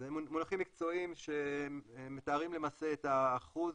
אלה מונחים מקצועיים שמתארים למעשה את אחוז